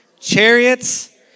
chariots